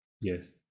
Yes